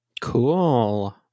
Cool